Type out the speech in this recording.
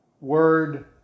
word